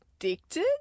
addicted